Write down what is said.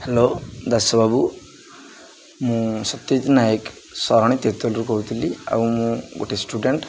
hello Das ବାବୁ ମୁଁ ସତ୍ୟଜିତ ନାୟକ ଶରଣୀ ତିର୍ତୋଲରୁ କହୁଥିଲି ଆଉ ମୁଁ ଗୋଟେ ଷ୍ଟୁଡ଼େଣ୍ଟ